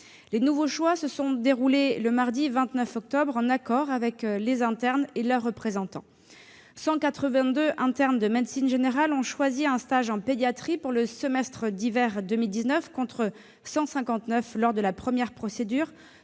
Les nouveaux choix ont été faits le mardi 29 octobre, en accord avec les internes et leurs représentants : 182 internes ont choisi le stage de médecine générale en pédiatrie pour le semestre d'hiver 2019, contre 159 lors de la première procédure,